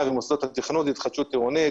ובמוסדות התכנון הוא התחדשות עירונית